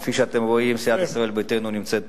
וכפי שאתם רואים, סיעת ישראל ביתנו נמצאת פה,